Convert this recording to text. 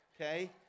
okay